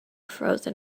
frozen